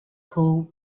coal